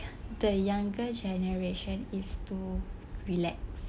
the younger generation is to relax